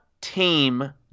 team